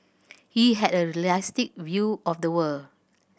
he had a realistic view of the world